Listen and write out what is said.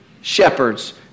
shepherds